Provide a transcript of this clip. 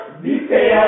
detail